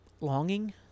longing